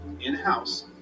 in-house